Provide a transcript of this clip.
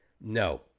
no